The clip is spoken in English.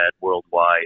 worldwide